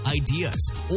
ideas